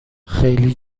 خیلی